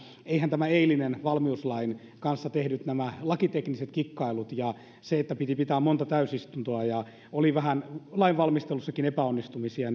myöskään nämä eilisen valmiuslain kanssa tehdyt lakitekniset kikkailut ja se että piti pitää monta täysistuntoa ja oli vähän lainvalmistelussakin epäonnistumisia